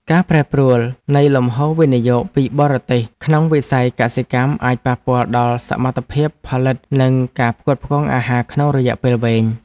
ការប្រែប្រួលនៃលំហូរវិនិយោគពីបរទេសក្នុងវិស័យកសិកម្មអាចប៉ះពាល់ដល់សមត្ថភាពផលិតនិងការផ្គត់ផ្គង់អាហារក្នុងរយៈពេលវែង។